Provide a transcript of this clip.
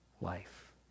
life